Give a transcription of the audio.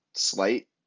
slight